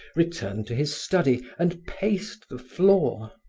returned to his study, and paced the floor.